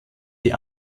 die